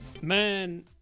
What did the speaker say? Man